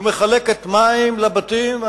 ומחלקת מים לבתים,